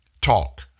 Talk